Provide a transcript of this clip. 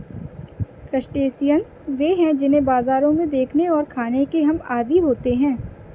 crustaceans वे हैं जिन्हें बाजारों में देखने और खाने के हम आदी होते हैं